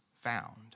found